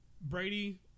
Brady